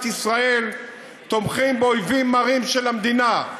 ישראל תומכים באויבים מרים של המדינה,